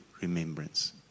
remembrance